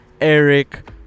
Eric